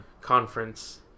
conference